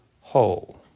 whole